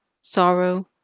sorrow